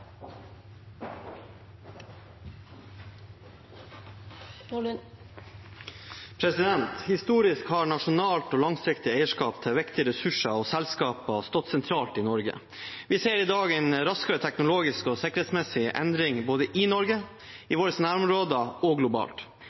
fatter. Historisk har nasjonalt og langsiktig eierskap til viktige ressurser og selskaper stått sentralt i Norge. Vi ser i dag en raskere teknologisk og sikkerhetsmessig endring både i Norge, i våre nærområder og globalt.